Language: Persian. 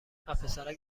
وپسرک